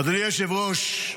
אדוני היושב-ראש,